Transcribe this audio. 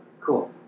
Cool